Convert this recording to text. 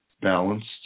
balanced